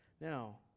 Now